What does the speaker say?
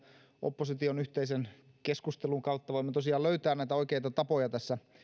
opposition yhteisen keskustelun kautta voimme tosiaan löytää näitä oikeita tapoja